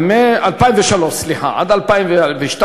עד 2003-2002,